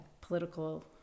political